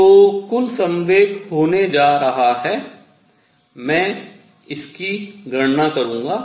तो कुल संवेग होने जा रहा है मैं इसकी गणना करूंगा